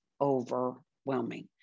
overwhelming